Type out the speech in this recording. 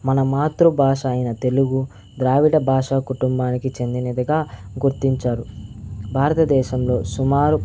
మన మాతృభాష అయిన తెలుగు ద్రావిడ భాషా కుటుంబానికి చెందినదిగా గుర్తించారు భారతదేశంలో సుమారు